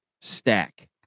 stack